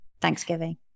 Thanksgiving